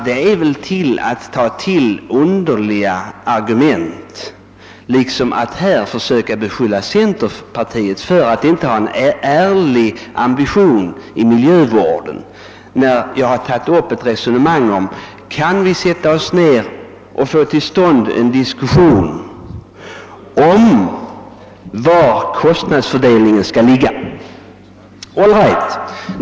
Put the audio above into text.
Det är väl att ta till underliga argument att beskylla centerpartiet för att inte ha en ärlig ambition i miljövårdsfrågorna, när mitt resonemang gäller önskemålet att få till stånd en diskussion om hur kostnadsfördelningen skall göras.